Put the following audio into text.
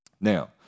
Now